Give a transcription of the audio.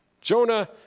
Jonah